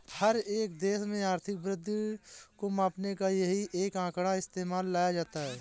हर एक देश में आर्थिक वृद्धि को मापने का यही एक आंकड़ा इस्तेमाल में लाया जाता है